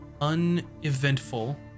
uneventful